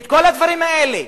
את כל הדברים האלה.